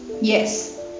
Yes